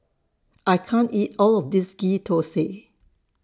I can't eat All of This Ghee Thosai